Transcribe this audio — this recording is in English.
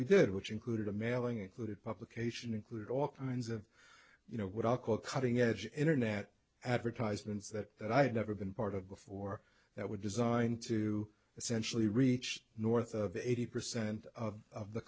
we did which included a mailing included publication include all kinds of you know what i call cutting edge internet advertisements that that i had never been part of before that would design to essentially reach north of eighty percent of